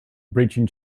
breaching